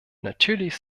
natürlich